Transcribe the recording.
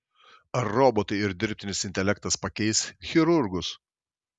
ar robotai ir dirbtinis intelektas pakeis chirurgus